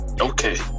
Okay